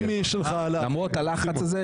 למרות הלחץ הזה,